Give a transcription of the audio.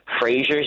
Fraser's